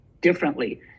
differently